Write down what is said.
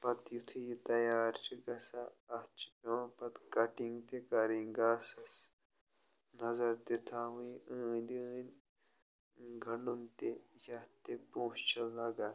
پتہٕ یُتھٕے یہِ تیار چھُ گژھان اَتھ چھِ پیٚوان پتہٕ کَٹِنٛگ تہِ کَرٕنۍ گاسَس نظر تہِ تھاوٕنۍ أنٛدۍ أنٛدۍ اۭں گنٛڈُن تہِ یَتھ تہِ پۄنٛسہٕ چھِ لَگان